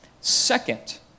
Second